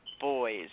boys